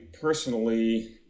personally